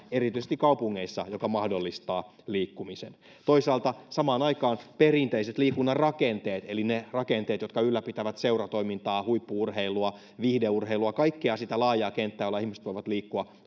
erityisesti kaupungeissa sellaista yhdyskuntaa joka mahdollistaa liikkumisen toisaalta samaan aikaan on pidettävä kunnossa perinteiset liikunnan rakenteet eli ne rakenteet jotka ylläpitävät seuratoimintaa huippu urheilua viihdeurheilua kaikkea sitä laajaa kenttää jolla ihmiset voivat liikkua